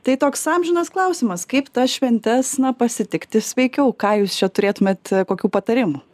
tai toks amžinas klausimas kaip tas šventes na pasitikti sveikiau ką jūs čia turėtumėt kokių patarimų